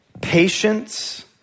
patience